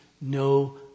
No